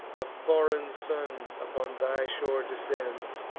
a foreign son upon thy shore descends,